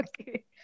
Okay